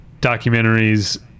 documentaries